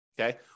Okay